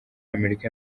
amerika